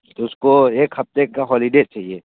तो उस को एक हफ़्ते का हॉलिडे चाहिए